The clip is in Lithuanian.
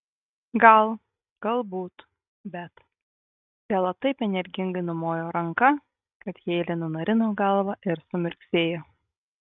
gal galbūt bet stela taip energingai numojo ranka kad heile nunarino galvą ir sumirksėjo